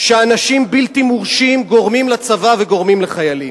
שאנשים בלתי מורשים גורמים לצבא וגורמים לחיילים.